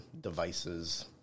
devices